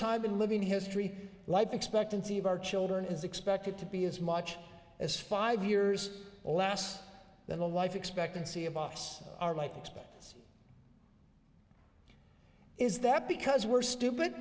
time in living history life expectancy of our children is expected to be as much as five years or less than the life expectancy of us our might expect is that because we're stupid